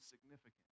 significant